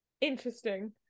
interesting